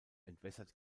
entwässert